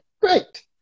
great